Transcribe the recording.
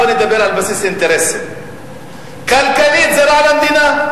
בוא נדבר על בסיס אינטרסים: כלכלית זה רע למדינה.